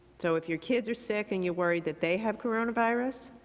so if your kids are sick and you're worried that they have coronavirus,